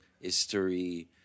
history